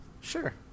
sure